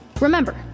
Remember